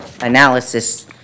analysis